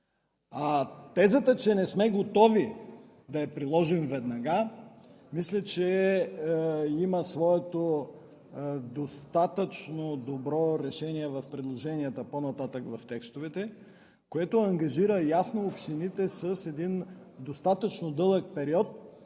тезата, че не сме готови да я приложим веднага, мисля, че има своето достатъчно добро решение в предложенията по-нататък в текстовете, което ангажира ясно общините с един достатъчно дълъг период,